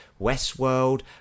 Westworld